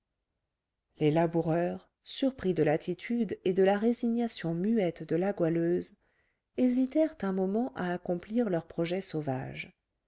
les laboureurs surpris de l'attitude et de la résignation muette de la goualeuse hésitèrent un moment à accomplir leurs projets sauvages